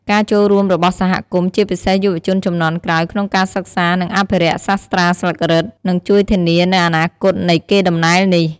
ការចូលរួមរបស់សហគមន៍ ជាពិសេសយុវជនជំនាន់ក្រោយ ក្នុងការសិក្សា និងអភិរក្សសាស្រ្តាស្លឹករឹត នឹងជួយធានានូវអនាគតនៃកេរដំណែលនេះ។